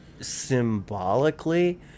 symbolically